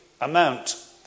amount